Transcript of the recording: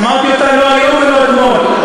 אמרתי אותה לא היום ולא אתמול.